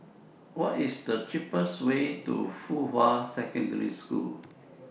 What IS The cheapest Way to Fuhua Secondary School